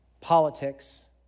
politics